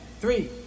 three